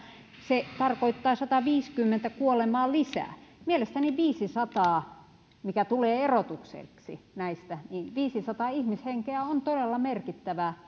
se tarkoittaa sataviisikymmentä kuolemaa lisää mielestäni viisisataa mikä tulee erotukseksi näistä viisisataa ihmishenkeä on todella merkittävä